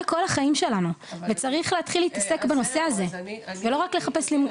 כל החיים שלנו וצריך להתחיל להתעסק בנושא הזה ולא רק לחפש למכור דירות.